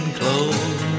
clothes